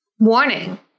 Warning